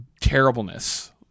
terribleness